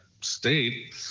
state